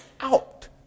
out